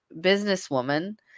businesswoman